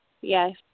Yes